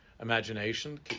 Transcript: imagination